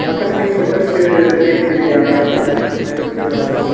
अच्छा ठीक है सर फिर देख लीजिए आप पहले उसके बाद फिर